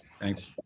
Thanks